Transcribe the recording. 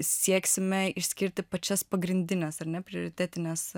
sieksime išskirti pačias pagrindines ar ne prioritetines